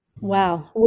Wow